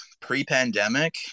pre-pandemic